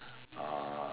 uh